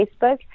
Facebook